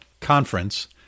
conference